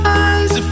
eyes